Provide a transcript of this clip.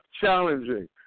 challenging